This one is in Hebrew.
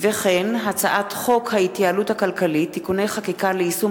וכן הצעת חוק ההתייעלות הכלכלית (תיקוני חקיקה ליישום